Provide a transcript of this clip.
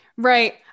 Right